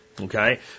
okay